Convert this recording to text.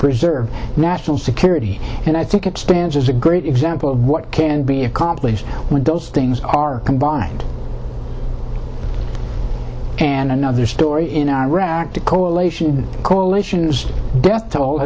preserve national security and i think it stands as a great example of what can be accomplished when those things are combined and another story in iraq the coalition coalitions death toll